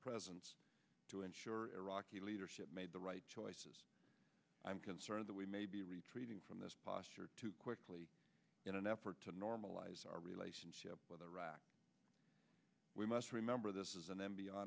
presence to ensure iraqi leadership made the right choices i'm concerned that we may be retreating from this posture too quickly in an effort to normalize our relationship with iraq we must remember this is an m